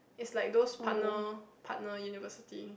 it's like those partner partner university